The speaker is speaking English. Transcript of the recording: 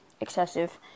excessive